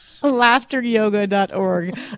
Laughteryoga.org